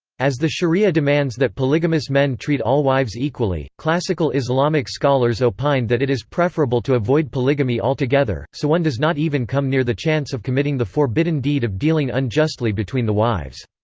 as the sharia demands that polygamous men treat all wives equally, classical islamic scholars opined that it is preferable to avoid polygamy altogether, so one does not even come near the chance of committing the forbidden deed of dealing unjustly between the wives.